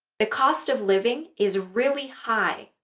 the cost of living is really high